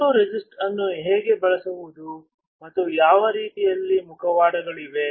photoresist ಅನ್ನು ಹೇಗೆ ಬಳಸುವುದು ಮತ್ತು ಯಾವ ರೀತಿಯ ಮುಖವಾಡಗಳಿವೆ